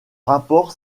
rapport